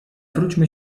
wróćmy